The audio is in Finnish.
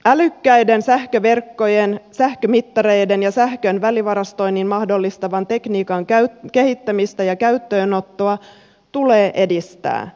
älykkäiden sähköverkkojen sähkömittareiden ja sähkön välivarastoinnin mahdollistavan tekniikan kehittämistä ja käyttöönottoa tulee edistää